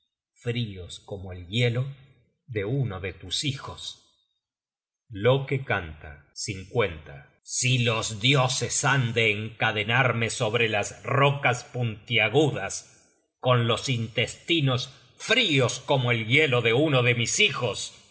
frios como el hielo de uno de tus hijos content from google book search generated at loke canta si los dioses han de encadenarme sobre las rocas puntiagudas con los intestinos frios como el hielo de uno de mis hijos